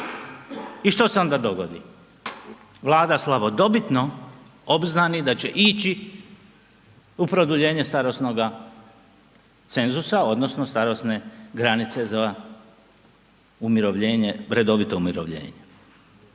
I što se onda dogodi? Vlada slavodobitno obznani da će ići u produljenje starosnoga cenzusa odnosno starosne granice za umirovljenje,